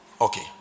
Okay